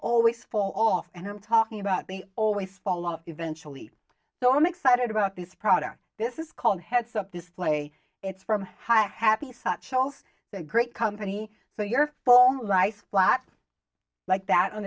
always fall off and i'm talking about they always fall off eventually so i'm excited about this product this is called heads up display it's from high happy such else the great company so your phone rice lot like that on